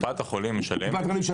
קופת החולים משלמת.